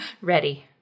Ready